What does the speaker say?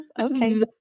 okay